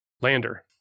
Lander